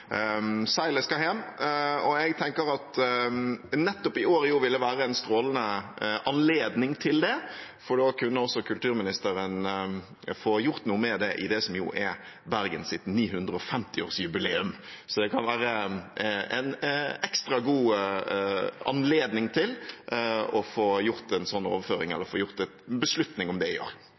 skal hjem, og jeg tenker at nettopp i år jo ville være en strålende anledning til det, for da kunne også kulturministeren få gjort noe med det i det som jo er Bergens 950-årsjubileum. Det kan være en ekstra god anledning til å få gjort en slik overføring, eller få tatt en beslutning om det, i år. Jeg